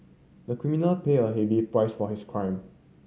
the criminal paid a heavy price for his crime